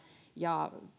ja